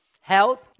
Health